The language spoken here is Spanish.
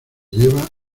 lleva